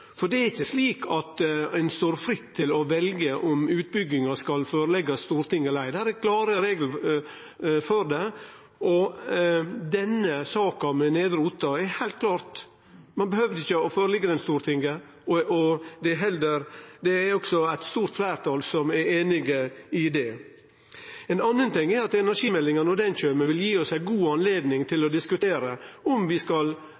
ein står fritt til å velje om utbygginga skal leggjast fram for Stortinget eller ikkje. Det er klare reglar for det, og i denne saka med Nedre Otta er det heilt klart at ein ikkje behøvde å leggje ho fram for Stortinget, og det er også eit stort fleirtal som er einig i det. Ein annan ting er at energimeldinga, når ho kjem, vil gi oss ei god anledning til å diskutere om vi skal